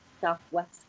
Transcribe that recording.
southwest